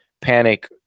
panic